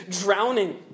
drowning